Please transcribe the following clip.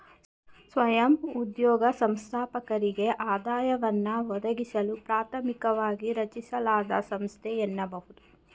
ಸ್ವಯಂ ಉದ್ಯೋಗ ಸಂಸ್ಥಾಪಕರಿಗೆ ಆದಾಯವನ್ನ ಒದಗಿಸಲು ಪ್ರಾಥಮಿಕವಾಗಿ ರಚಿಸಲಾದ ಸಂಸ್ಥೆ ಎನ್ನಬಹುದು